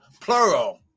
plural